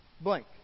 blank